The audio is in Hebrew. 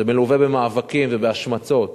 זה מלווה במאבקים ובהשמצות